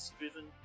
driven